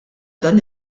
dan